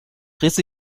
riss